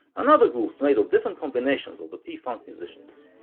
and other groups made of different combinations of the p-funk musicians.